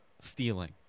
stealing